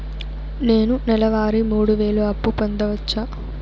నేను నెల వారి మూడు వేలు అప్పు పొందవచ్చా?